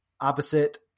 opposite